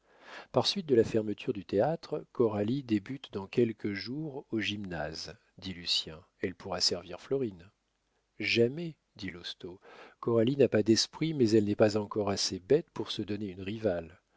par suite de la fermeture du théâtre coralie débute dans quelques jours au gymnase dit lucien elle pourra servir florine jamais dit lousteau coralie n'a pas d'esprit mais elle n'est pas encore assez bête pour se donner une rivale